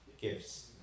Gifts